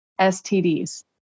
STDs